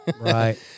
right